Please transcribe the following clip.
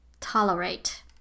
tolerate